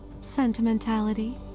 sentimentality